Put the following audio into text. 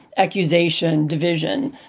accusation, division,